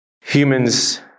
Humans